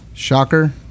Shocker